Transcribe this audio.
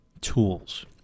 tools